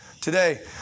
today